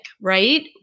right